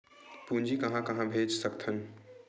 पूंजी कहां कहा भेज सकथन?